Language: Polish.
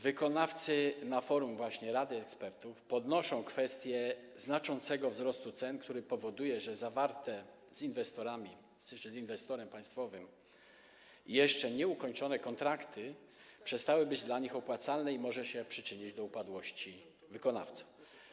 Wykonawcy właśnie na forum rady ekspertów podnoszą kwestię znaczącego wzrostu cen, który powoduje, że zawarte z inwestorami, z inwestorem państwowym, jeszcze nieukończone kontrakty przestały być dla nich opłacalne, i może się przyczynić do upadłości wykonawcy.